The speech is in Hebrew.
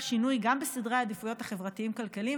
שינוי גם בסדרי העדיפויות החברתיים-כלכליים,